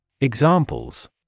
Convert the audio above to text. Examples